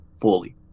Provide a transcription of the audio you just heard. fully